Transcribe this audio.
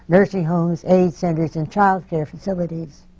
nursing homes, aids centers and child care facilities.